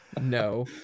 No